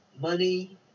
money